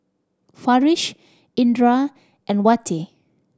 Farish Indra and Wati